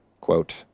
quote